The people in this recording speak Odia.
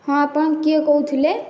ହଁ ଆପଣ କିଏ କହୁଥୁଲେ